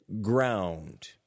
ground